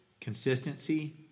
Consistency